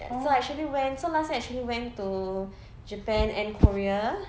so I actually went so actually went to japan and korea